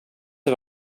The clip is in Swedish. det